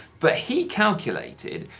but he calculated,